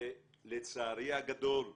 ולצערי הגדול -- הצגות,